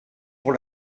pour